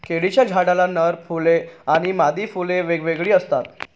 केळीच्या झाडाला नर फुले आणि मादी फुले वेगवेगळी असतात